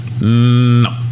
no